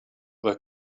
were